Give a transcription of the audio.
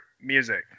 music